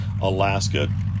Alaska